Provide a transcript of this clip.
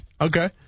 Okay